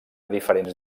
diferents